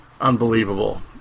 unbelievable